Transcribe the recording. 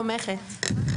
תומכת.